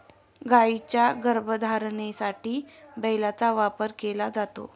गायींच्या गर्भधारणेसाठी बैलाचा वापर केला जातो